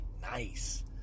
Nice